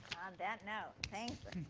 that note, thank